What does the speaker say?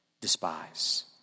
despise